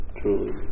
truly